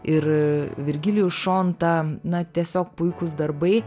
ir virgilijus šonta na tiesiog puikūs darbai